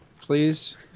please